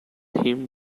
him